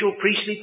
priestly